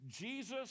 jesus